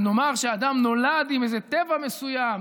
אם נאמר שאדם נולד עם איזה טבע מסוים,